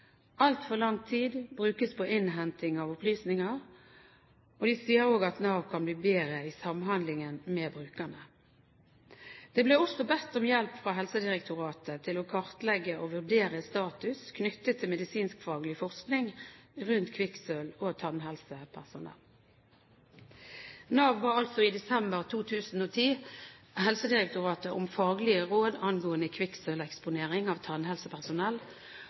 Altfor lang tid brukes på innhenting av opplysninger, og de sier også at Nav kan bli bedre i samhandlingen med brukerne. Det ble også bedt om hjelp fra Helsedirektoratet til å kartlegge og vurdere status knyttet til medisinskfaglig forskning rundt kvikksølv og tannhelsepersonell. Nav ba altså i desember 2010 Helsedirektoratet om faglige råd angående kvikksølveksponering av tannhelsepersonell,